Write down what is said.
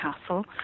Castle